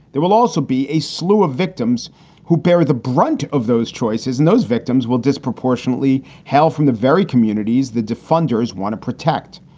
they will also be a slew of victims who bear the brunt of those choices, and those victims will disproportionately hail from the very communities the funders want to protect.